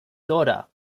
daughter